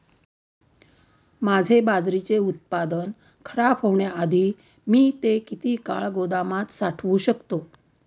माझे बाजरीचे उत्पादन खराब होण्याआधी मी ते किती काळ गोदामात साठवू शकतो?